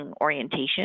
orientation